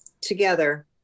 together